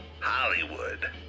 Hollywood